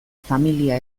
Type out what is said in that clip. familia